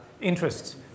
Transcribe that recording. interests